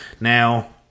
Now